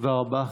תודה רבה.